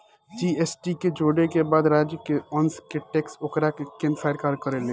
GST के जोड़े के बाद राज्य के अंस के टैक्स ओकरा के केन्द्र सरकार करेले